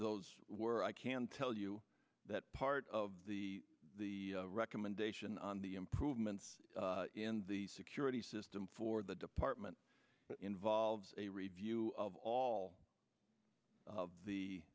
those were i can tell you that part of the recommendation on the improvements in the security system for the department involves a review of all of the